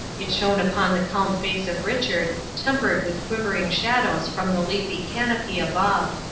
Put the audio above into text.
it shone upon the calm face of richard, tempered with quivering shadows from the leafy canopy above.